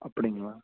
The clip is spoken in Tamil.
அப்படிங்களா